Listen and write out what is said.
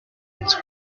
guns